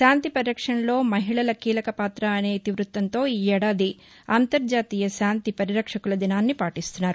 శాంతి పరిరక్షణలో మహిళల కీలకపాత అనే ఇతి వృత్తంతో ఈ ఏడాది అంతర్హతీయ శాంతి పరిరక్షకుల దినోత్సవాన్ని పాటిస్తున్నారు